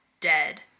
dead